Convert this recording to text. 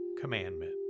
commandment